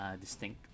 distinct